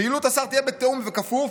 ופעילות השר תהיה בתיאום ובכפוף,